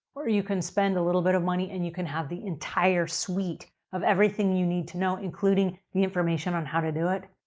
or you can spend a little bit of money and you can have the entire suite of everything you need to know, including the information on how to do it,